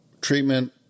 treatment